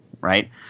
Right